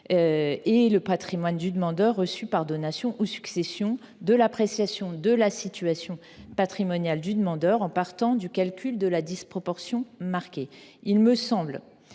le patrimoine du demandeur reçu par donation ou succession, de l’appréciation de la situation patrimoniale du demandeur en partant du calcul de la disproportion marquée. En adoptant